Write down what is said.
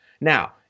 Now